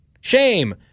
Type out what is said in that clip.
Shame